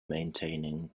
maintaining